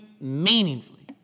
meaningfully